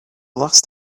last